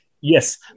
Yes